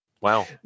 Wow